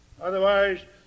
Otherwise